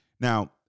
Now